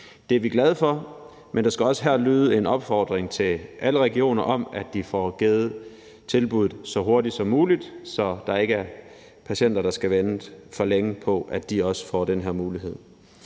Det er vi glade for, men der skal også her lyde en opfordring til alle regioner om, at de får givet tilbuddet så hurtigt som muligt, så der ikke er patienter, der skal vente for længe på, at de også får den her mulighed.